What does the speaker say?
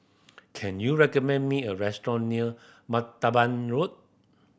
can you recommend me a restaurant near Martaban Road